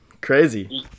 crazy